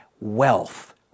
wealth